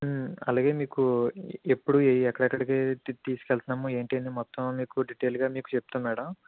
అలాగే మీకు ఎప్పుడు ఎక్కడెక్కడికి తీ తీసుకెళ్తున్నాం ఏంటి అని మొత్తం మీకు డీటెయిల్గా మీకు చెప్తాం మేడం